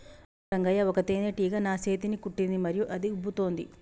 అవును రంగయ్య ఒక తేనేటీగ నా సేతిని కుట్టింది మరియు అది ఉబ్బుతోంది